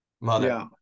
mother